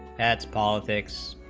that's politics